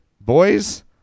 boys